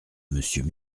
monsieur